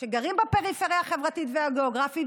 שגרים בפריפריה החברתית והגיאוגרפית,